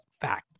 fact